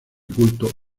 culto